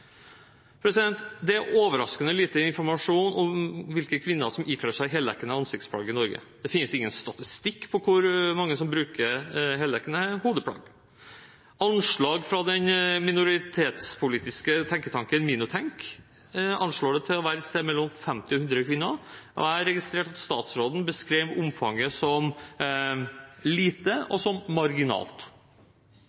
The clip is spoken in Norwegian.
Det er overraskende lite informasjon om hvilke kvinner som ikler seg heldekkende ansiktsplagg i Norge. Det finnes ingen statistikk over hvor mange som bruker heldekkende hodeplagg. Anslag fra den minoritetspolitiske tenketanken Minotenk anslår det til å være et sted mellom 50 og 100 kvinner. Jeg har registrert at statsråden beskrev omfanget som lite og som marginalt.